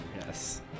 Yes